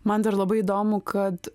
man dar labai įdomu kad